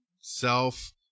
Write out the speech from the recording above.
self